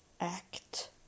act